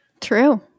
True